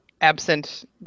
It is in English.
absent